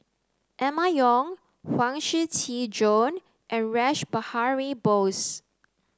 Emma Yong Huang Shiqi Joan and Rash Behari Bose